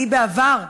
בעבר,